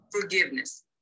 forgiveness